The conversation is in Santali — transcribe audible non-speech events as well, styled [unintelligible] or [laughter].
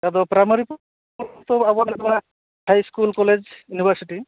ᱟᱫᱚ ᱯᱨᱟᱭᱢᱟᱹᱨᱤ ᱯᱚᱨ [unintelligible] ᱦᱟᱭᱤᱥᱠᱩᱞ ᱠᱚᱞᱮᱡᱽ ᱤᱭᱩᱱᱤᱵᱷᱟᱨᱥᱤᱴᱤ